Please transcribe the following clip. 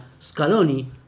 Scaloni